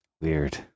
Weird